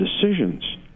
decisions